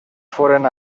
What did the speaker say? foren